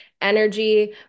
energy